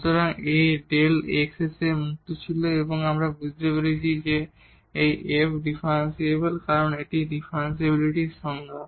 সুতরাং A Δ x থেকে মুক্ত ছিল এবং এখন আমরা পেয়েছি যে এই f ডিফারেনশিবল কারণ এটি ছিল ডিফারেনশিবিলিটির সংজ্ঞা